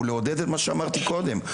הוא לעודד את מה שאמרתי קודם,